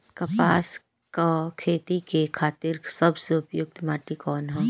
कपास क खेती के खातिर सबसे उपयुक्त माटी कवन ह?